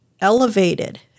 elevated